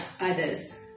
others